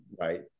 right